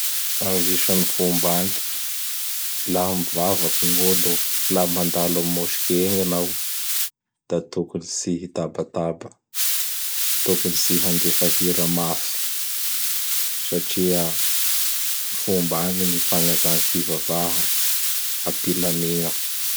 Agnisan'ny fomba agny; laha mivavaky gn'olo, laha mandalo am moske egny anao; da tokony tsy hitabataba; tokony tsy handefa hira mafy satria fomba agny gny fagnajà gny fivavaha apilamigna.